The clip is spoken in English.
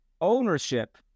ownership